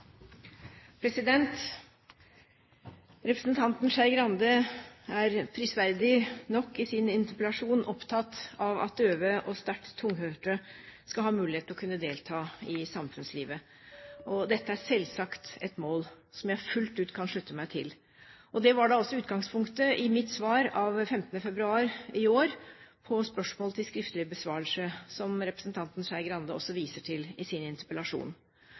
prisverdig nok i sin interpellasjon opptatt av at døve og sterkt tunghørte skal ha mulighet til å kunne delta i samfunnslivet. Dette er selvsagt et mål som jeg fullt ut kan slutte meg til. Det var også utgangspunktet i mitt svar av 15. februar i år på spørsmål til skriftlig besvarelse, som representanten Skei Grande også viser til i sin interpellasjon.